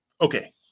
okay